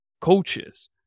coaches